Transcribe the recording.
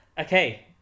okay